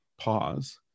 pause